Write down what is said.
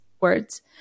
words